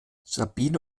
sabine